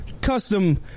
custom